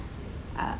uh